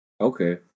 Okay